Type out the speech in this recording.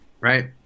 right